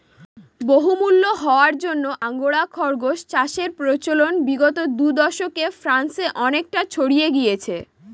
বহুমূল্য হওয়ার জন্য আঙ্গোরা খরগোস চাষের প্রচলন বিগত দু দশকে ফ্রান্সে অনেকটা ছড়িয়ে গিয়েছে